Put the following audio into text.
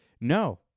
No